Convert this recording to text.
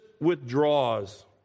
withdraws